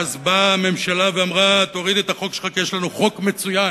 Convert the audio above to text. ואז באה הממשלה ואמרה: תוריד את החוק שלך כי יש לנו חוק מצוין,